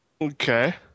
Okay